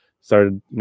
started